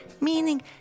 meaning